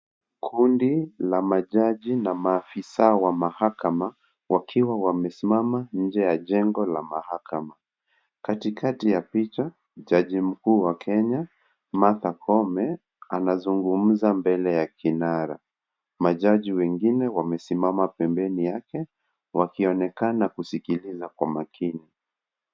Kundi la majaji na maafisa wa mahakama, wakiwa wamesimama nje ya jengo la mahakama, katikati ya picha jaji mkuu wa Kenya Martha Koome anazungumza mbele ya kinara, majaji wengine wamesimama pembeni yake wakionekana kusikiliza kwa makini.